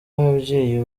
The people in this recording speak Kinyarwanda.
y’ababyeyi